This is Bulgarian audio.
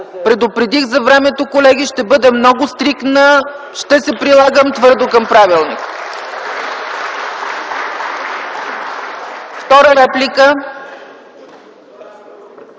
Предупредих за времето, колеги! Ще бъда много стриктна. Ще се придържам твърдо към правилника.